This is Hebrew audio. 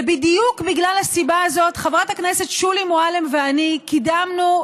בדיוק בגלל הסיבה הזאת חברת הכנסת שולי מועלם ואני קידמנו,